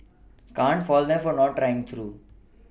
can't fault them for not trying though